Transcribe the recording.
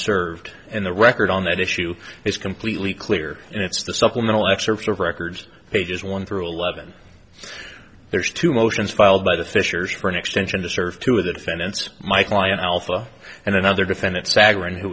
served in the record on that issue is completely clear and it's the supplemental excerpts of records pages one through eleven there's two motions filed by the fishers for an extension to serve two of the defendants my client alpha and another defendant sagarin who